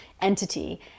entity